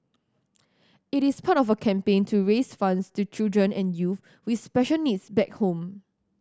it is part of a campaign to raise funds to children and youth with special needs back home